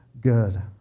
good